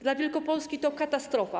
Dla Wielkopolski to katastrofa.